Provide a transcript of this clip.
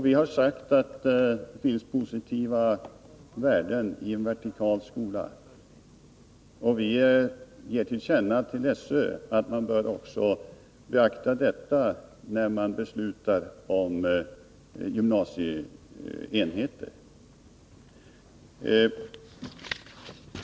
Vi har sagt att det finns positiva värden i en vertikal skola, och vi ger till känna för SÖ att man också bör beakta detta när man beslutar om gymnasieenheter.